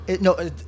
No